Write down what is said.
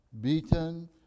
beaten